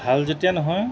ভাল যেতিয়া নহয়